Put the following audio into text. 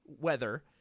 weather